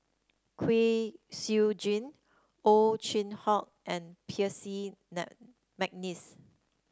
Kwek Siew Jin Ow Chin Hock and Percy McNeice